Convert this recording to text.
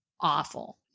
awful